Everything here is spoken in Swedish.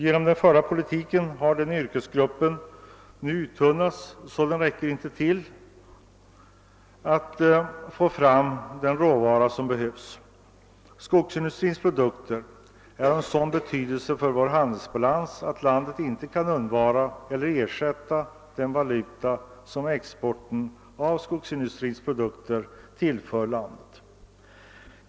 Genom den förda politiken har den yrkesgruppen nu uttunnats, så att den inte räcker till för att få fram den råvara som behövs. Skogsindustrins produkter är av sådan betydelse för vår handelsbalans att landet inte kan undvara eller ersätta den valuta som exporten av skogsindustrins produkter tillför landet.